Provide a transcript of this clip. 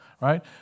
right